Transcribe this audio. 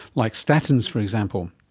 like statins, for example.